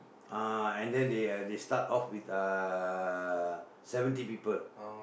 ah and they they uh they start off with uh seventy people